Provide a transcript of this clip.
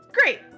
great